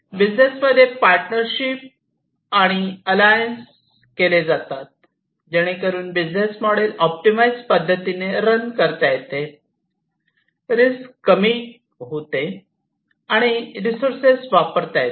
business मध्ये partnership आणि alliance केले जातात जेणेकरून बिझनेस मोडेल ऑप्टिमाईस पद्धतीने रन करता येते रिस्क कमी होते आणि रिसोर्सेस वापरता येतात